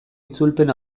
itzulpen